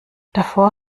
davor